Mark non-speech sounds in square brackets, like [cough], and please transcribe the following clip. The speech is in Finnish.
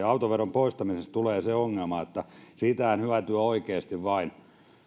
[unintelligible] autoveron poistamisessa tulee se ongelma että siitähän hyötyy oikeasti vain